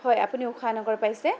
হয় আপুনি ঊষা নগৰ পাইছে